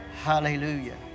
Hallelujah